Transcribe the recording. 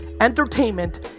Entertainment